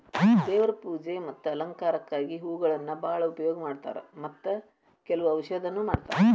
ದೇವ್ರ ಪೂಜೆ ಮತ್ತ ಅಲಂಕಾರಕ್ಕಾಗಿ ಹೂಗಳನ್ನಾ ಬಾಳ ಉಪಯೋಗ ಮಾಡತಾರ ಮತ್ತ ಕೆಲ್ವ ಔಷಧನು ಮಾಡತಾರ